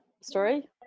story